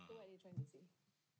(uh huh)